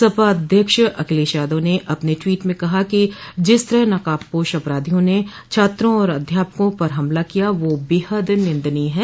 सपा अध्यक्ष अखिलेश यादव ने अपन ट्वीट में कहा है कि जिस तरह नकाबपोश अपराधियों ने छात्रों और अध्यापकों पर हमला किया वह बेहद निंदनीय है